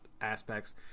aspects